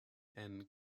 and